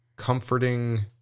comforting